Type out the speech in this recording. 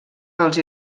els